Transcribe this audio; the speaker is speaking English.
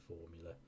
formula